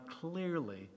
clearly